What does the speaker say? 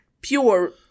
pure